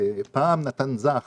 פעם נתן זך